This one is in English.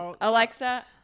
Alexa